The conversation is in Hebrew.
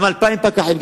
גם 2,000 פקחים,